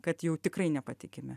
kad jau tikrai nepatikimi